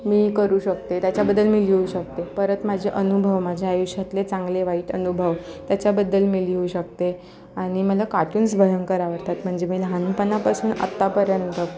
मी करू शकते त्याच्याबद्दल मी लिहू शकते परत माझे अनुभव माझ्या आयुष्यातले चांगले वाईट अनुभव त्याच्याबद्दल मी लिहू शकते आणि मला कार्टून्स भयंकर आवडतात म्हणजे मी लहानपनापासून आत्तापर्यंत